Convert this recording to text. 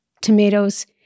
tomatoes